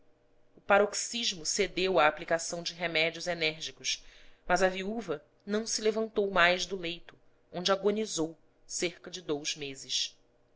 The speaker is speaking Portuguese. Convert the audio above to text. o paroxismo cedeu à aplicação de remédios enérgicos mas a viúva não se levantou mais do leito onde agonizou cerca de dous meses